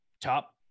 top